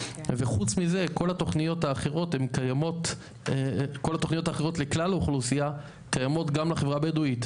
וחוץ מזה כל התוכניות האחרות לכלל האוכלוסייה קיימות גם לחברה הבדואית.